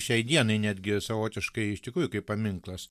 šiai dienai netgi savotiškai iš tikrųjų kaip paminklas